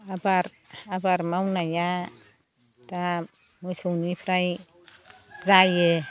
आबाद आबाद मावनाया दा मोसौनिफ्राय जायो